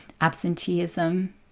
absenteeism